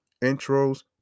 intros